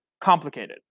complicated